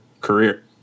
career